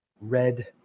red